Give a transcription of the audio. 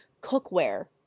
cookware